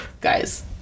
Guys